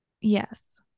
yes